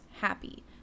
happy